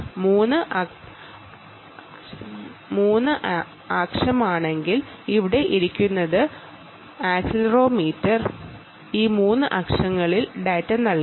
3 axis ആണെങ്കിൽ ഇവിടെ ഇരിക്കുന്ന ആക്സിലറോമീറ്റർ ഈ 3 ആക്സിസിന്റെ ഡാറ്റ നൽകുന്നു